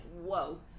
whoa